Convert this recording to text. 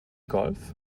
golf